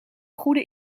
goede